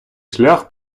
шлях